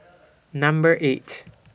Number eight